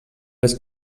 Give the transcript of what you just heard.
les